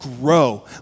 grow